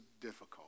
difficult